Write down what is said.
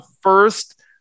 first